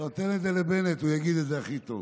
לא, תן את זה לבנט, הוא יגיד את זה הכי טוב.